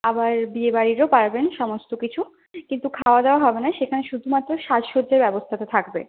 আবার বিয়েবাড়িরও পারবেন সমস্ত কিছু কিন্তু খাওয়া দাওয়া হবে না সেখানে শুধুমাত্র সাজসজ্জার ব্যবস্থাটা থাকবে